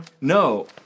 No